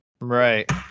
right